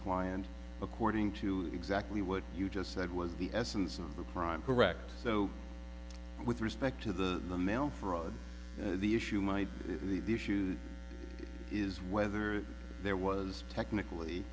client according to exactly what you just said was the essence of the crime correct so with respect to the mail fraud the issue might be the issue is whether there was technically